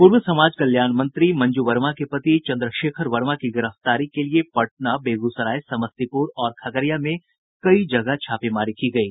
पूर्व समाज कल्याण मंत्री मंजू वर्मा के पति चंद्रशेखर वर्मा की गिरफ्तारी के लिये पटना बेगूसराय समस्तीपूर और खगड़िया में कई जगह छापेमारी की गयी